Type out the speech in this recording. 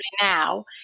now